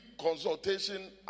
consultation